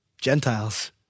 Gentiles